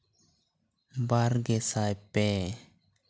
ᱵᱟᱨ ᱜᱮᱥᱟᱭ ᱯᱮ